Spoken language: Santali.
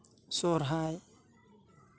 ᱥᱚᱨᱦᱟᱭ